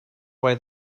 why